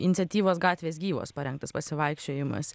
iniciatyvos gatvės gyvos parengtas pasivaikščiojimas